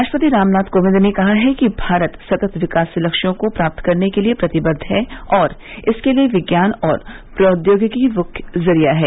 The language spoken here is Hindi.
राष्ट्रपति रामनाथ कोविंद ने कहा है कि भारत सतत विकास लक्ष्यों को प्राप्त करने के लिए प्रतिबद्व है और इसके लिए विज्ञान और प्रौदयोगिकी मुख्य जरिया हैं